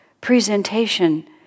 presentation